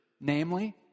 Namely